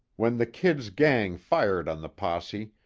when the kid's gang fired on the posse,